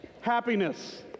Happiness